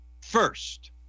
first